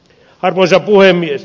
arvoisa puhemies